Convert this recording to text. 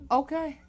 okay